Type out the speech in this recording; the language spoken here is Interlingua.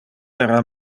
era